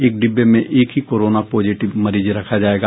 एक डिब्बे में एक ही कोरोना पॉजिटिव मरीज रखा जायेगा